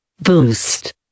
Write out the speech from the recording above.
Boost